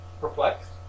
perplexed